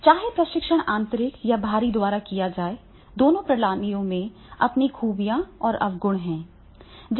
चाहे प्रशिक्षण आंतरिक या बाहरी द्वारा किया जाता है दोनों प्रणालियों की अपनी खूबियां और अवगुण हैं